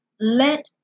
let